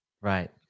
Right